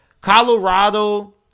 Colorado